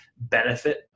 benefit